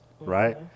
right